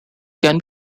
can